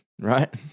right